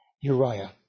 Uriah